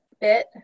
bit